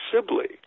Sibley